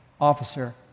officer